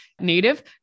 native